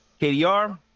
KDR